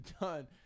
done